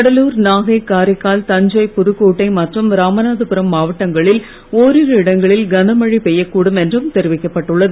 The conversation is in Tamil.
கடலூர் நாகை காரைக்கால் தஞ்சை புதுக்கோட்டை மற்றும் ராமநாதபுரம் மாவட்டங்களில் ஓரிரு இடங்களில் கனமழை பெய்யக்கூடும் என்றும் தெரிவிக்கப்பட்டு உள்ளது